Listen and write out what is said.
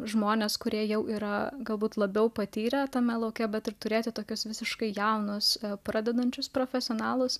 žmonės kurie jau yra galbūt labiau patyrę tame lauke bet ir turėti tokius visiškai jaunus pradedančius profesionalus